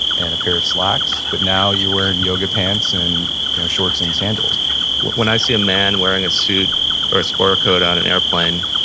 and a pair of slacks. but now, you're wearing yoga pants and you know shorts and sandals when i see a man wearing a suit or a sport coat on an airplane,